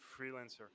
freelancer